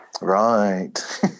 Right